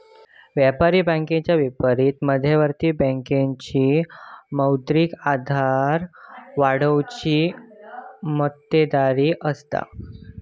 व्यापारी बँकेच्या विपरीत मध्यवर्ती बँकेची मौद्रिक आधार वाढवुची मक्तेदारी असता